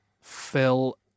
Fill